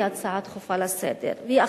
כהצעה דחופה לסדר-היום,